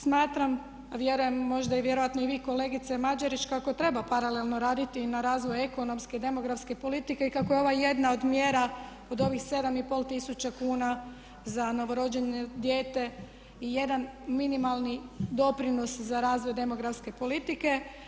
Smatram a vjerujem možda vjerojatno i vi kolegice Mađarić kako treba paralelno raditi i na razvoju ekonomske i demografske politike i kako je ovo jedna od mjera od ovih 7 i pol tisuća kuna za novorođeno dijete i jedan minimalni doprinos za razvoj demografske politike.